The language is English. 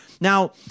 Now